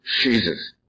Jesus